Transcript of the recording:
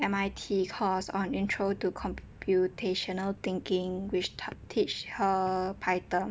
M_I_T course on intro to computational thinking which t~ teach her python